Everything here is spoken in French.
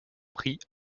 prix